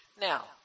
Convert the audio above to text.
Now